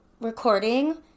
recording